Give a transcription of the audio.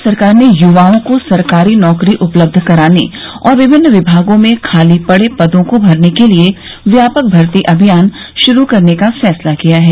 प्रदेश सरकार ने युवाओं को सरकारी नौकरी उपलब्ध कराने और विभिन्न विभागों में खाली पड़े पदों को भरने के लिए व्यापक भर्ती अभियान श्रू करने का फैसला किया है